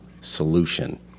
solution